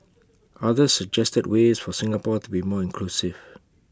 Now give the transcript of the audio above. others suggested ways for Singapore to be more inclusive